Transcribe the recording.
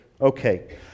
Okay